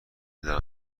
دانم